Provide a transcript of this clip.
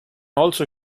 also